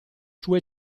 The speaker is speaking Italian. sua